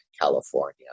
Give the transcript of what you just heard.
California